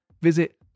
visit